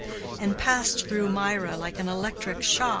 and passed through mirah like an electric shock.